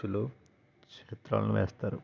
పక్షులు చిత్రాలనేస్తారు